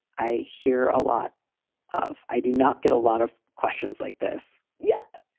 i hear a lot of. i do not get a lot of questions like this yeah.